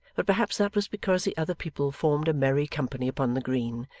but perhaps that was because the other people formed a merry company upon the green,